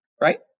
right